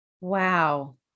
Wow